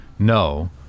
No